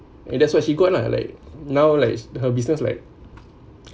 and that's why she gone lah like now like her business like